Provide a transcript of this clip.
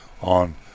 on